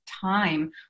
time